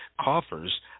coffers